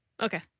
Okay